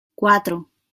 cuatro